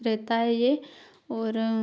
रहता है यह और